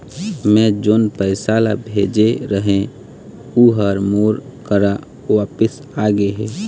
मै जोन पैसा ला भेजे रहें, ऊ हर मोर करा वापिस आ गे हे